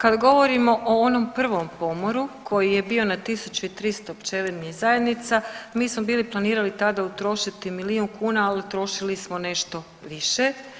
Kad govorimo o onom prvom pomoru koji je bio na 1300 pčelinjih zajednica mi smo bili planirali tada utrošiti milijun kuna, al utrošili smo nešto više.